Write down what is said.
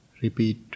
repeat